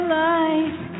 life